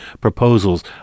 proposals